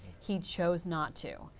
he chose not to.